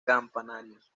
campanarios